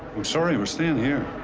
i'm sorry. we're staying here.